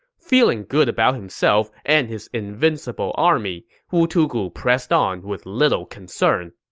feeling good about himself and his invincible army, wu tugu pressed on with little concern.